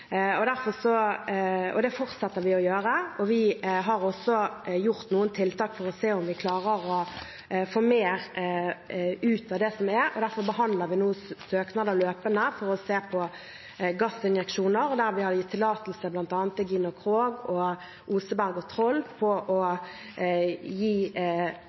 har også gjort noen tiltak for å se om vi klarer å få mer ut av det som er. Derfor behandler vi nå søknader fortløpende for å se på gassinjeksjoner, og vi har gitt tillatelse bl.a. til Gina Krog, Oseberg og Troll til at de kan la være å